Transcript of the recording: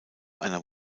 einer